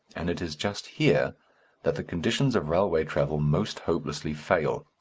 and it is just here that the conditions of railway travel most hopelessly fail.